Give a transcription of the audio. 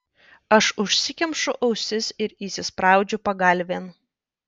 aš užsikemšu ausis ir įsispraudžiu pagalvėn